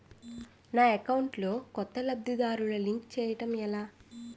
నా అకౌంట్ లో కొత్త లబ్ధిదారులను లింక్ చేయటం ఎలా?